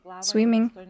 swimming